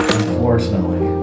unfortunately